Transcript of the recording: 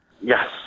Yes